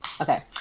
Okay